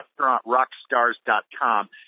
restaurantrockstars.com